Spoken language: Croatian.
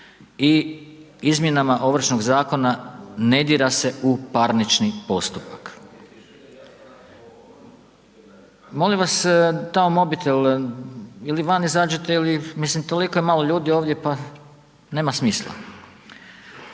i izmjenama Ovršnog zakona ne dira se u parnični postupak. Molim vas, tamo mobitel ili van izađite ili, mislim toliko je malo ljudi ovdje pa nema smisla.